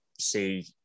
see